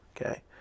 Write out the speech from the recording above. Okay